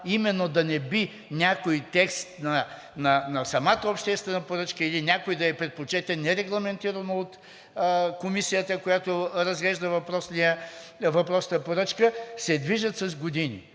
именно да не би някой текст на самата обществена поръчка или някой да е предпочетен нерегламентирано от Комисията, която разглежда въпросната поръчка, се движат с години,